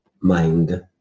mind